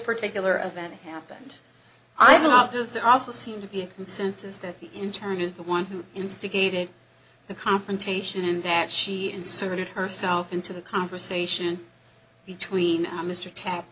particular event happened i'm not does it also seem to be a consensus that in turn is the one who instigated the confrontation and that she inserted herself into the conversation between mr tap